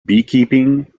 beekeeping